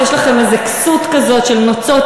אז יש לכם איזו כסות כזאת של נוצות